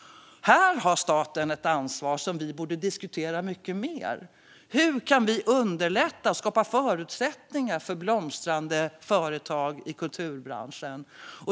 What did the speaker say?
Här har staten ett ansvar som vi borde diskutera mycket mer i riksdagen. Hur kan vi underlätta och skapa förutsättningar för blomstrande företag i kulturbranschen?